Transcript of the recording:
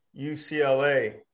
UCLA